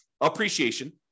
Appreciation